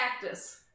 Cactus